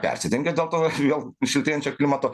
persidengia dėl to dėl šiltėjančio klimato